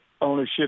ownership